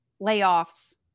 layoffs